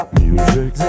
music